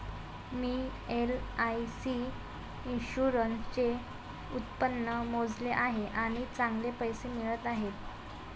मी LIC इन्शुरन्सचे उत्पन्न मोजले आहे आणि चांगले पैसे मिळत आहेत